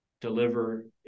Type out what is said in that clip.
deliver